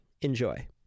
Enjoy